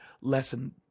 lesson